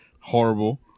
horrible